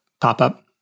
pop-up